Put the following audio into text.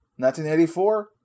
1984